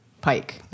Pike